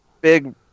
big